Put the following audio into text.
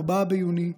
4 ביוני,